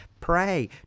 pray